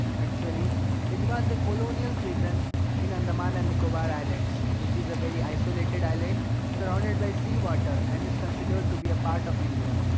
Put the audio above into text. actually it was a colonial prison in andaman and nicobar islands which is a very isolated island surrounded by sea water and considered considered to be a part of india.